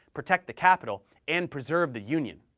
protect the capital, and preserve the union.